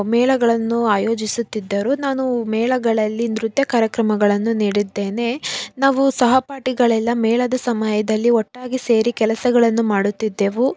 ಮೇಳಗಳನ್ನು ಆಯೋಜಿಸುತ್ತಿದ್ದರು ನಾನು ಮೇಳಗಳಲ್ಲಿ ನೃತ್ಯ ಕಾರ್ಯಕ್ರಮಗಳನ್ನು ನೀಡಿದ್ದೇನೆ ನಾವು ಸಹಪಾಠಿಗಳೆಲ್ಲ ಮೇಳದ ಸಮಯದಲ್ಲಿ ಒಟ್ಟಾಗಿ ಸೇರಿ ಕೆಲಸಗಳನ್ನು ಮಾಡುತ್ತಿದ್ದೆವು